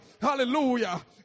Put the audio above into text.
hallelujah